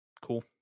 Cool